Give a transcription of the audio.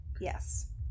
Yes